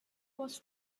was